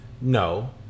No